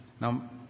Now